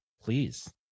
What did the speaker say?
please